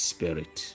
Spirit